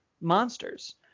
monsters